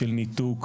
של ניתוק,